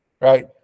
right